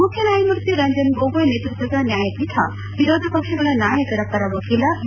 ಮುಖ್ವನಾಯಮೂರ್ತಿ ರಂಜನ್ ಗೊಗೊಯ್ ನೇತೃತ್ವದ ನ್ವಾಯಪೀಠ ವಿರೋಧ ಪಕ್ಷಗಳ ನಾಯಕರ ಪರ ವಕೀಲ ಎ